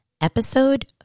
Episode